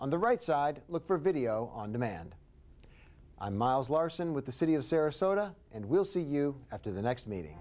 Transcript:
on the right side look for video on demand i'm miles larson with the city of sarasota and we'll see you after the next meeting